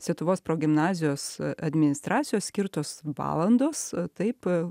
sietuvos progimnazijos administracijos skirtos valandos taip